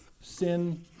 Sin